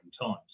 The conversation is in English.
times